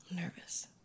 Nervous